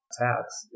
tasks